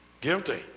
Guilty